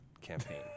campaign